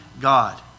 God